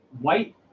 white